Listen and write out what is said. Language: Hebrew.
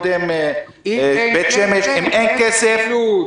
-- -אם אין כסף,